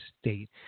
state